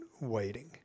waiting